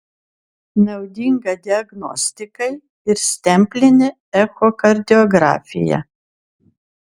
naudinga diagnostikai ir stemplinė echokardiografija